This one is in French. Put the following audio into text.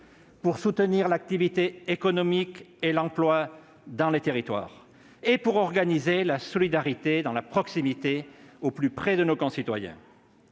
pour soutenir l'activité économique et l'emploi dans les territoires et pour organiser la solidarité dans la proximité, au plus près de nos concitoyens.